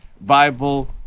Bible